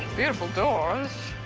beautiful doors.